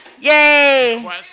Yay